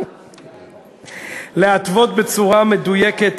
להתוות בצורה מדויקת